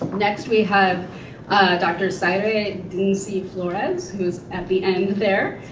next we have dr. zaire dinzey-flores, who's at the end there,